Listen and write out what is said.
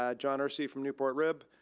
ah john ersey from newport rib.